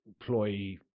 employee